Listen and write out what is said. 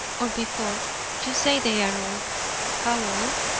or before you say they are old how old?